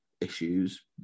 issues